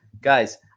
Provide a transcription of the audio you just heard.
guys